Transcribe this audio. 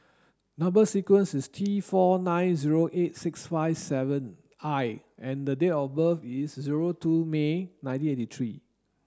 number sequence is T four nine zero eight six five seven I and the date of birth is zero two May nineteen eighty three